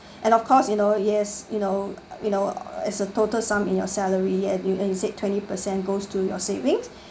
and of course you know yes you know you know as a total sum in your salary and you exit twenty percent goes to your savings